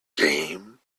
game